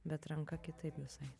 bet ranka kitaip visai